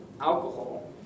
alcohol